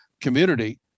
community